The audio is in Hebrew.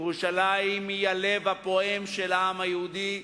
ירושלים היא הלב הפועם של העם היהודי.